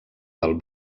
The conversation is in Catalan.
del